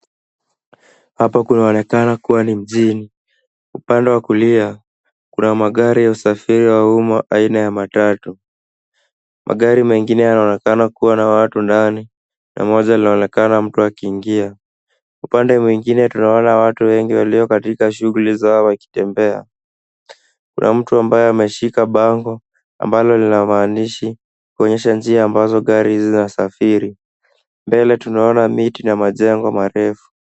Hapa kunaonekana kuwa ni mjini. Upande wa kulia kuna magari ya usafiri wa umma aina ya matatu. Magari mengine yanaonekana kuwa na watu ndani na moja linaonekana mtu akiingia. Upande mwingine tunaona watu wengi walio katika shughuli zao, wakitembea. Kuna mtu ambaye ameshika bango ambalo lina maandishi, kuonyesha njia ambazo gari hizi zinasafiri. Mbele tunaona miti mingi na majengo marefu.